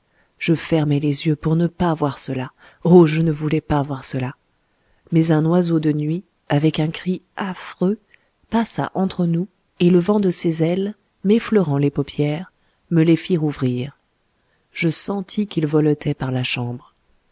je fermai les yeux pour ne pas voir cela oh je ne voulais pas voir cela mais un oiseau de nuit avec un cri affreux passa entre nous et le vent de ses ailes m'effleurant les paupières me les fit rouvrir je sentis qu'il voletait par la chambre